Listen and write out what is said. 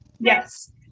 Yes